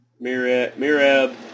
Mirab